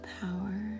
power